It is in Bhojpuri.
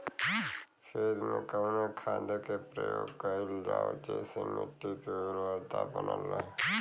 खेत में कवने खाद्य के प्रयोग कइल जाव जेसे मिट्टी के उर्वरता बनल रहे?